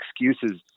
excuses